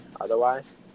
otherwise